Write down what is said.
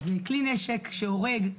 זה כלי נשק שהורג.